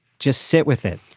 just sit with it.